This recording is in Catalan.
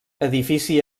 edifici